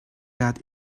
that